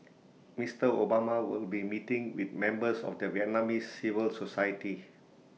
Mister Obama will be meeting with members of the Vietnamese civil society